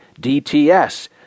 DTS